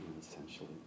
essentially